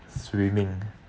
swimming